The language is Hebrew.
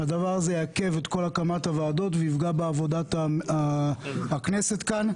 הדבר הזה יעכב את כל הקמת הוועדות ויפגע בעבודת הכנסת כאן.